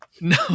No